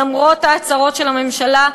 למרות הצהרות הממשלה,